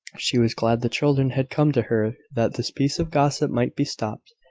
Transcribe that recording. she was glad the children had come to her, that this piece of gossip might be stopped.